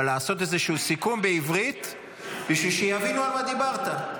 אבל לעשות איזשהו סיכום בעברית בשביל שיבינו על מה דיברת,